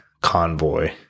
convoy